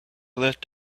left